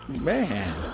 Man